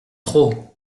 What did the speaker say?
trop